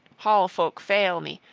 hall-folk fail me,